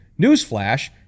newsflash